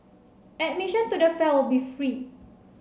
admission to the fair will be free